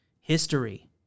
history